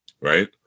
right